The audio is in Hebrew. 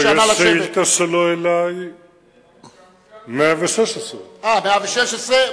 לא, יש שאילתא שלו אלי, 116. 116?